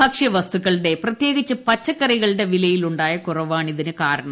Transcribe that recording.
ഭക്ഷ്യവസ്തുക്കളുടെ പ്രത്യേകിച്ച് പച്ചക്കറികളുടെ വിലയിലുണ്ടായ കുറവാണിതിന് കാരണം